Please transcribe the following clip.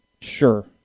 Sure